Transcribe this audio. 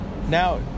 Now